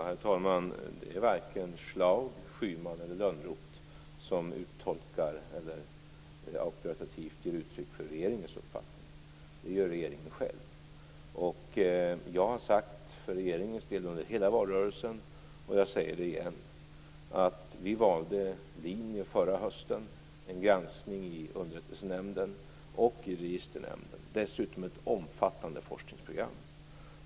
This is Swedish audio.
Herr talman! Det är varken Schlaug, Schyman eller Lönnroth som uttolkar eller auktoritativt ger uttryck för regeringens uppfattning. Det gör regeringen själv. Jag har för regeringens del under hela valrörelsen sagt, och jag säger det igen, att vi valde linje förra hösten: en granskning i Underrättelsenämnden och i Registernämnden och dessutom ett omfattande forskningsprogram.